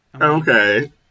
Okay